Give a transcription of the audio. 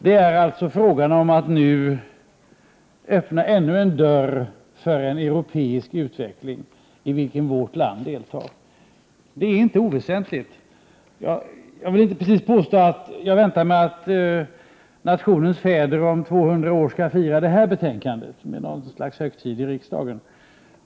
Det är alltså frågan om att nu öppna ännu en dörr för en europeisk utveckling i vilken vårt land deltar. Det är inte oväsentligt. Jag vill inte precis påstå att jag väntar mig att nationens fäder om 200 år skall fira detta betänkande med något slags högtid i riksdagen.